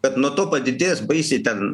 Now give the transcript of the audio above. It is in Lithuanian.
kad nuo to padidės baisiai ten